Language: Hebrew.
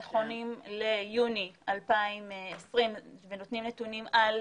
נכונים ליוני 2020 ונותנים נתונים על